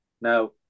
Now